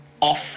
off